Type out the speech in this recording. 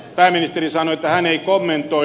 pääministeri sanoi että hän ei kommentoi